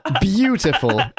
beautiful